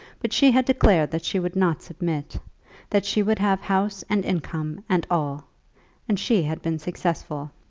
but she had declared that she would not submit that she would have house and income and all and she had been successful.